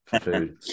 food